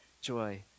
joy